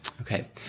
Okay